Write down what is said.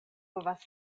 povas